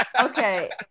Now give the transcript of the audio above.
Okay